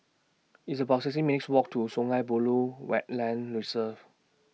It's about sixty minutes' Walk to Sungei Buloh Wetland Reserve